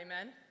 Amen